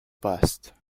past